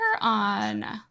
on